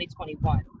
2021